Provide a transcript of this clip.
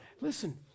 Listen